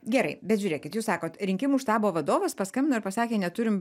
gerai bet žiūrėkit jūs sakot rinkimų štabo vadovas paskambino ir pasakė neturim